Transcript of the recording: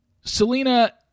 Selena